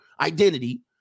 identity